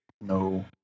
No